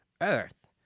Earth